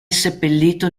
seppellito